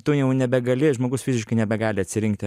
tu jau nebegali žmogus fiziškai nebegali atsirinkti